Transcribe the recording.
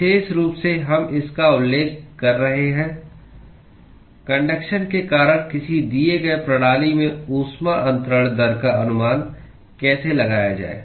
विशेष रूप से हम इसका उल्लेख कर रहे हैं कन्डक्शन के कारण किसी दिए गए प्रणाली में ऊष्मा अंतरण दर का अनुमान कैसे लगाया जाए